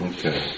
Okay